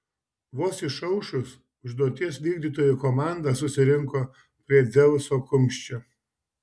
vos išaušus užduoties vykdytojų komanda susirinko prie dzeuso kumščio